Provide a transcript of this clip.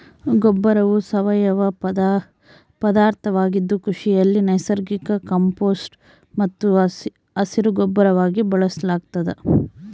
ಗೊಬ್ಬರವು ಸಾವಯವ ಪದಾರ್ಥವಾಗಿದ್ದು ಕೃಷಿಯಲ್ಲಿ ನೈಸರ್ಗಿಕ ಕಾಂಪೋಸ್ಟ್ ಮತ್ತು ಹಸಿರುಗೊಬ್ಬರವಾಗಿ ಬಳಸಲಾಗ್ತದ